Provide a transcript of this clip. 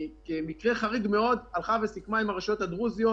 כמקרה חריג מאוד סיכמה עם הרשויות הדרוזיות